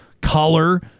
color